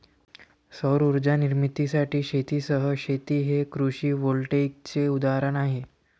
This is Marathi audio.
सौर उर्जा निर्मितीसाठी शेतीसह शेती हे कृषी व्होल्टेईकचे उदाहरण आहे